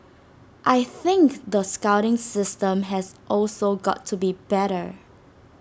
I think the scouting system has also got to be better